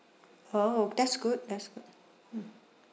oh that's good that's good hmm